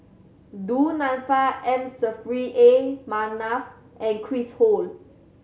Du Nanfa M Saffri A Manaf and Chris Ho